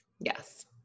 Yes